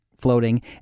floating